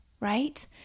right